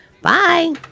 Bye